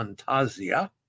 Fantasia